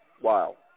Wow